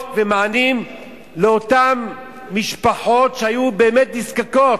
ומענים לאותן משפחות שהיו באמת נזקקות.